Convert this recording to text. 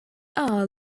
are